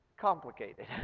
complicated